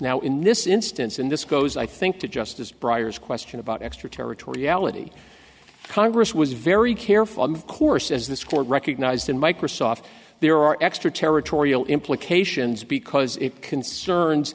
now in this instance in this goes i think to justice briar's question about extraterritoriality congress was very careful of course as this court recognized in microsoft there are extra territorial implications because it concerns